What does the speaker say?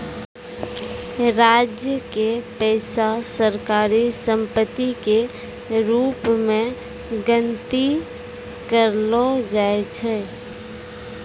राज्य के पैसा सरकारी सम्पत्ति के रूप मे गनती करलो जाय छै